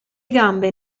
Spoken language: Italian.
gambe